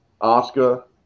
Oscar